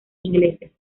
ingleses